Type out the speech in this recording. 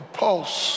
pulse